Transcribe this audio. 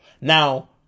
Now